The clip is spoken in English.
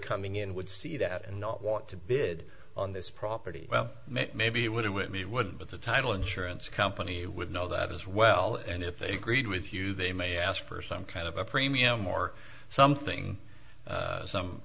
coming in would see that and not want to bid on this property well maybe it would it would be it would but the title insurance company would know that as well and if they agreed with you they may ask for some kind of a premium or something